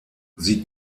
sie